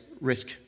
risk